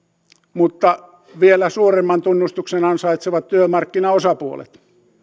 mutta vielä suuremman tunnustuksen ansaitsevat työmarkkinaosapuolet